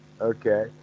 Okay